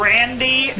Randy